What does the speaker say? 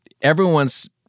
Everyone's